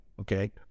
okay